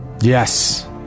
Yes